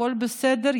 הכול בסדר?